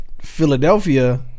Philadelphia